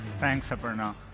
thanks aparna.